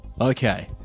Okay